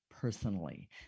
personally